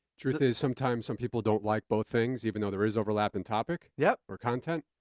truth is, sometimes some people don't like both things, even though there is overlap in topic. yep. or content.